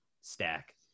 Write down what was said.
stack